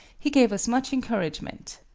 he gave us much encouragement.